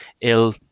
Il